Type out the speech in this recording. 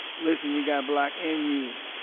listen you got black in you.